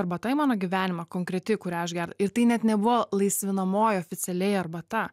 arba tai mano gyvenimo konkreti kurią aš gera ir tai net nebuvo laisvinamoji oficialiai arbata